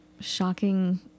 shocking